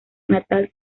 natal